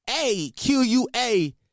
A-Q-U-A